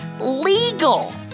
legal